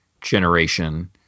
generation